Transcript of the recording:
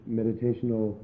meditational